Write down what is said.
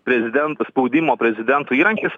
prezidento spaudimo prezidentui įrankis